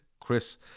chris